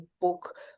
book